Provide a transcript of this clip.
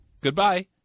Goodbye